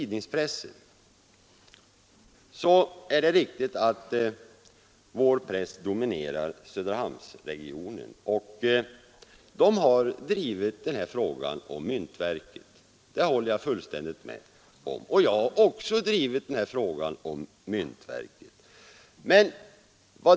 Det är riktigt att vår press dominerar Söderhamnsregionen, och den har drivit frågan om myntverket. Jag har också drivit den här frågan om myntverket.